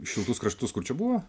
šiltus kraštus kur čia buvo